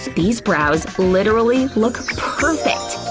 these brows literally look perfect!